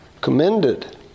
commended